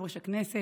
יושב-ראש הכנסת,